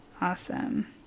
Awesome